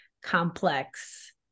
complex